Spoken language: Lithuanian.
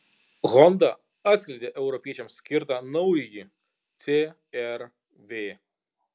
honda atskleidė europiečiams skirtą naująjį cr v